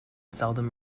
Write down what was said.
seldom